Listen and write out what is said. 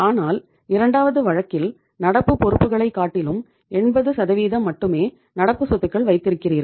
ஆனால் இரண்டாவது வழக்கில் நடப்பு பொறுப்புகளை காட்டிலும் 80 மட்டுமே நடப்பு சொத்துக்கள் வைத்திருக்கிறீர்கள்